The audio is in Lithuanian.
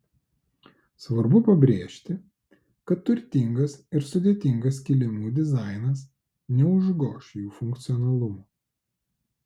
svarbu pabrėžti kad turtingas ir sudėtingas kilimų dizainas neužgoš jų funkcionalumo